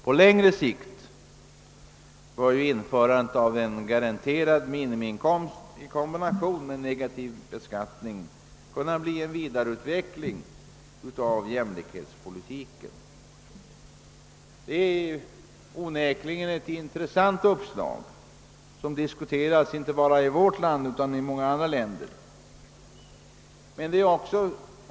På längre sikt bör införandet av garanterad minimiinkomst i kombination med negativ beskattning kunna bli en vidareutveckling av jämlikhetspolitiken. Det är ett intressant uppslag, som diskuterats inte bara i vårt land utan i många andra länder.